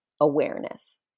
awareness